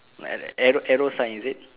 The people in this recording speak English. like arrow arrow sign is it